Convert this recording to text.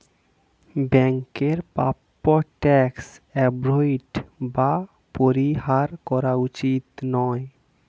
ব্যাংকের প্রাপ্য tax avoid বা পরিহার করা উচিত নয়